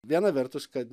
viena vertus kad